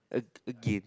ag~ again